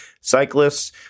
cyclists